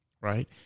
right